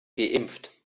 geimpft